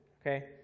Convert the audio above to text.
okay